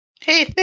Hey